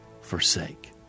forsake